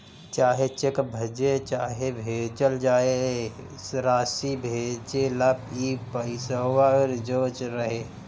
चाहे चेक भजे चाहे भेजल जाए, रासी भेजेला ई पइसवा रिजव रहे